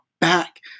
back